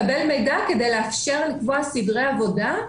הכוונה הייתה לקבל מידע כדי לאפשר לקבוע סדרי עבודה.